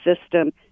system